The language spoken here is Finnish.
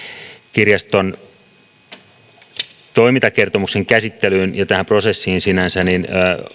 kirjaston toimintakertomuksen käsittelyyn ja tähän prosessiin sinänsä